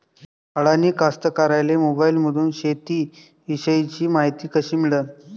अडानी कास्तकाराइले मोबाईलमंदून शेती इषयीची मायती कशी मिळन?